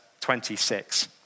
26